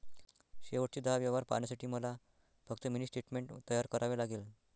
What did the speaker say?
शेवटचे दहा व्यवहार पाहण्यासाठी मला फक्त मिनी स्टेटमेंट तयार करावे लागेल